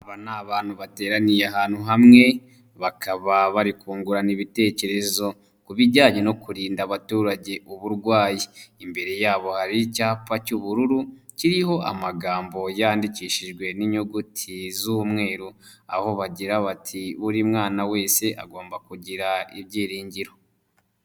Aba ni abantu bateraniye ahantu hamwe bakaba bari kungurana ibitekerezo ku bijyanye no kurinda abaturage uburwayi imbere yabo hari icyapa cy'ubururu kiriho amagambo yandikishijwe n'inyuguti z'umweru aho bagira bati "Buri mwana wese agomba kugira ibyiringiro".